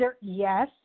yes